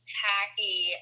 tacky